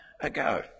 ago